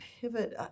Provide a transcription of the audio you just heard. Pivot